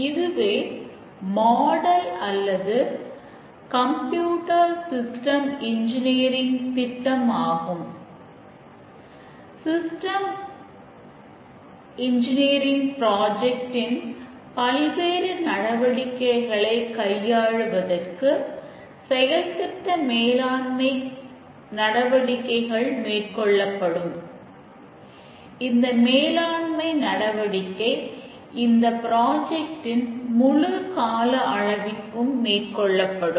இதுவே மாடல் இன் முழு கால அளவிற்கு மேற்கொள்ளப்படும்